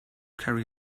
carry